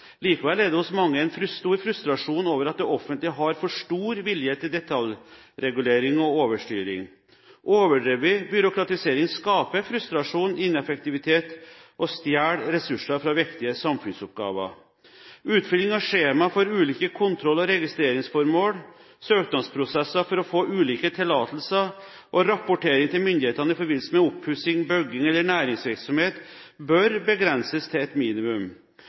Likevel er det hos mange en stor frustrasjon over at det offentlige har for stor vilje til detaljregulering og overstyring. Overdreven byråkratisering skaper frustrasjon, ineffektivitet og stjeler ressurser fra viktige samfunnsoppgaver. Utfylling av skjema for ulike kontroll- og registreringsformål, søknadsprosesser for å få ulike tillatelser og rapportering til myndighetene i forbindelse med oppussing, bygging eller næringsvirksomhet bør begrenses til et minimum.